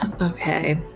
Okay